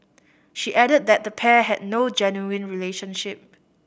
she added that the pair had no genuine relationship